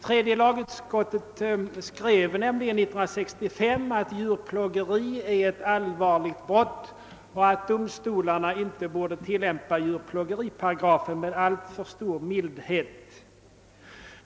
Tredje lagutskottet skrev nämligen 1965 att djurplågeri är ett allvarligt brott och att domstolarna inte borde tillämpa djurplågeriparagrafen med alltför stor mildhet.